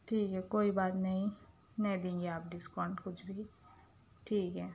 ٹھیک ہے کوئی بات نہیں نہیں دیں گے آپ ڈِسکاؤنٹ کچھ بھی ٹھیک ہے